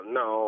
no